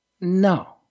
No